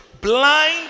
blind